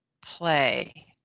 play